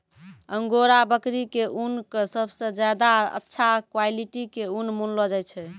angora बकरी के ऊन कॅ सबसॅ ज्यादा अच्छा क्वालिटी के ऊन मानलो जाय छै